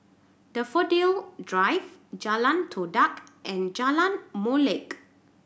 Daffodil Drive Jalan Todak and Jalan Molek